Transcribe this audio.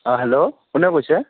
অ hello কোনে কৈছে